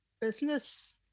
business